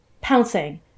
pouncing